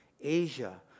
Asia